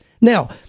Now